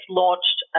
launched